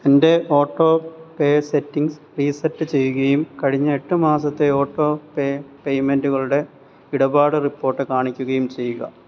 എൻ്റെ auto pay settings reset ചെയ്യുകയും കഴിഞ്ഞ എട്ട് മാസത്തെ ഓട്ടോ പേ പേയ്മെൻറ്റുകളുടെ ഇടപാട് റിപ്പോർട്ട് കാണിക്കുകയും ചെയ്യുക